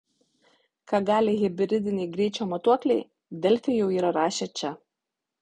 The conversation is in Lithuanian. ką gali hibridiniai greičio matuokliai delfi jau yra rašę čia